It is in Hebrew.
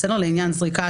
אלא "לעניין זריקה,